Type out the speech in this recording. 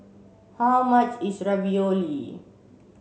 how much is Ravioli